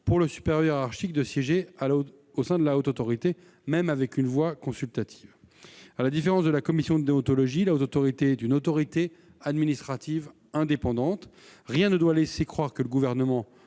pour le supérieur hiérarchique, de siéger au sein de la Haute Autorité, même avec une voix consultative. À la différence de la commission de déontologie, la Haute Autorité est une autorité administrative indépendante et rien ne doit laisser croire que le Gouvernement